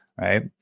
right